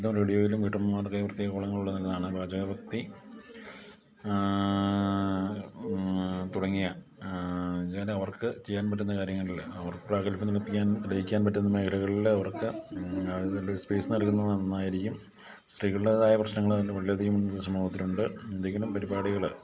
പത്രത്തിലും റേഡിയോയിലും വീട്ടമ്മമാർക്കായി പ്രത്യേകം കോളങ്ങൾ ഉള്ളത് നല്ലതാണ് പാചക പംക്തി തുടങ്ങിയ എന്നു വച്ചാൽ അവർക്ക് ചെയ്യാൻ പറ്റുന്ന കാര്യങ്ങളിൽ അവർക്ക് പ്രാഗൽഭിയം തെളിയിക്കാൻ തെളിയിക്കാൻ പറ്റുന്ന മേഖകളിൽ അവർക്ക് സ്പേസ് നൽകുന്നത് നന്നായിരിക്കും സ്ത്രീകളുടേതായ പ്രശ്നങ്ങൾ വളരെ അധികം സമൂഹത്തിലുണ്ട് എന്തെങ്കിലും പരിപാടികൾ